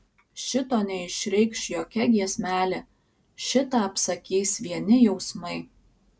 šito neišreikš jokia giesmelė šitą apsakys vieni jausmai